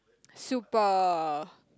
super